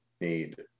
need